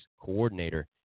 coordinator